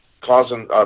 causing